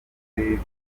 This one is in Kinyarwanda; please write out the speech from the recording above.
b’impande